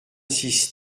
six